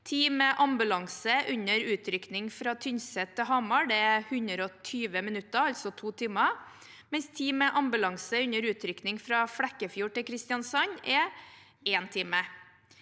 Tid med ambulanse under utrykning fra Tynset til Hamar er 120 minutter, altså to timer, mens tid med ambulanse under utrykning fra Flekkefjord til Kristiansand er én time.